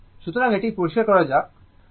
সুতরাং এটি পরিষ্কার করা যাক